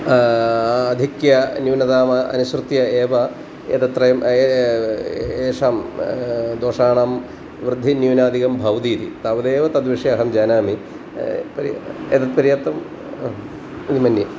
आधिक्य न्यूनताम् अनुसृत्य एव एतत्रयम् एषां दोषाणां वृद्धिन्यूनादिकं भवति इति तावदेव तद्विषये अहं जानामि एतत्पर्याप्तं इति मन्ये